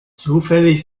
zufällig